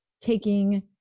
taking